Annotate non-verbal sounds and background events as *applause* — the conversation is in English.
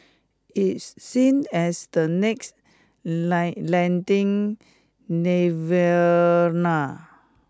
it's seen as the next *unintelligible* lending nirvana